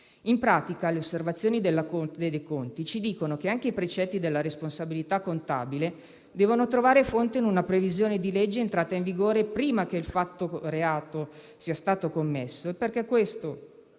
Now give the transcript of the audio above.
In pratica, le osservazioni della Corte dei conti ci dicono che anche i precetti della responsabilità contabile devono trovare fonte in una previsione di legge entrata in vigore prima che il fatto reato sia stato commesso perché